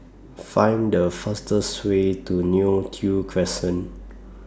Find The fastest Way to Neo Tiew Crescent